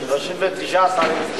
39 שרים וסגני שרים.